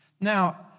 Now